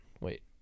wait